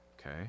okay